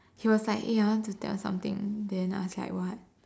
he was like eh I want to tell you something then I was like what